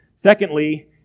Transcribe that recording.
Secondly